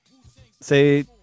say